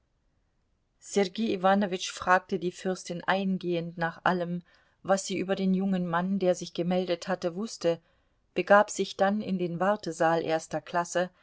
sergei iwanowitsch fragte die fürstin eingehend nach allem was sie über den jungen mann der sich gemeldet hatte wußte begab sich dann in den wartesaal erster klasse